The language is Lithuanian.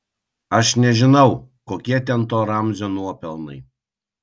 aš nežinau kokie ten to ramzio nuopelnai